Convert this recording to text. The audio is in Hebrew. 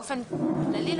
באופן כללי,